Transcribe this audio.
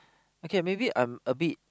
okay maybe I'm a bit